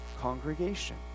congregation